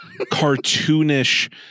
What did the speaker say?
cartoonish